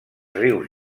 rius